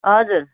हजुर